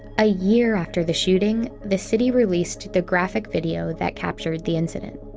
a year after the shooting, the city released the graphic video that captured the incident.